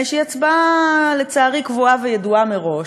שהיא הצבעה, לצערי, קבועה וידועה מראש,